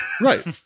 Right